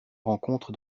rencontre